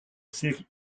série